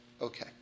Okay